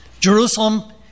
Jerusalem